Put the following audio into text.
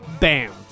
bam